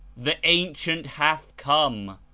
the ancient hath come!